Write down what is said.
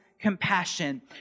compassion